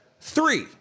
Three